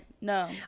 no